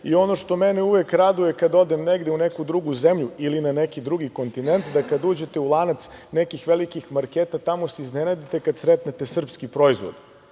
Ono što mene uvek raduje kada odem negde u neku drugu zemlju ili na neki drugi kontinent jeste da kada uđete u lanac nekih velikih marketa tamo se iznenadite kada sretnete srpski proizvod.